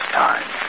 time